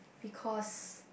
because